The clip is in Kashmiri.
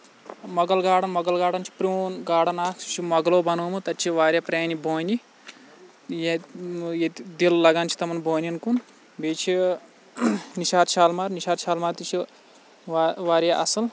مۄغل گاڈَن مۄغل گاڈَن چھُ پرٛون گاڈَن اَکھ سُہ چھُ مۄغلو بَنومُت تَتہِ چھِ واریاہ پرٛانہِ بونہِ ییٚتہِ ییٚتہِ دِل لَگان چھِ تمَن بونٮ۪ن کُن بیٚیہِ چھِ نِشاط شالمار نِشاط شالمار تہِ چھِ وا واریاہ اَصٕل